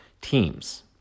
teams